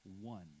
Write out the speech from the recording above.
one